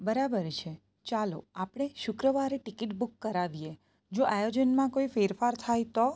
બરાબર છે ચાલો આપણે શુક્રવારે ટીકીટ બુક કરાવીએ જો આયોજનમાં કોઈ ફેરફાર થાય તો